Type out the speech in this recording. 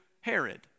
Herod